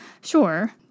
Sure